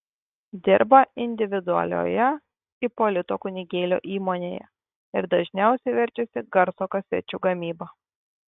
dirba individualioje ipolito kunigėlio įmonėje ir dažniausiai verčiasi garso kasečių gamyba